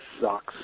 sucks